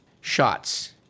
shots